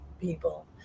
people